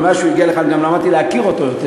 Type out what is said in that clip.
ומאז שהוא הגיע לכאן גם למדתי להכיר אותו יותר,